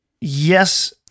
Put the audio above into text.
yes